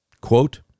quote